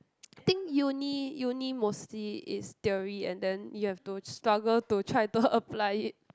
think uni uni mostly is theory and then you have to struggle to try to apply it